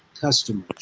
customers